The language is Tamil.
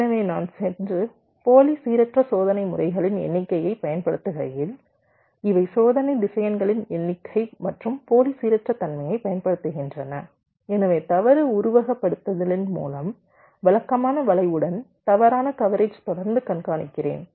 எனவே நான் சென்று போலி சீரற்ற சோதனை முறைகளின் எண்ணிக்கையைப் பயன்படுத்துகையில் இவை சோதனை திசையன்களின் எண்ணிக்கை மற்றும் போலி சீரற்ற தன்மையைப் பயன்படுத்துகின்றன எனவே தவறு உருவகப்படுத்துதலின் மூலம் வழக்கமான வளைவுடன் தவறான கவரேஜை தொடர்ந்து கண்காணிக்கிறேன்